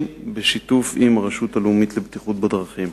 בשיתוף עם הרשות הלאומית לבטיחות בדרכים.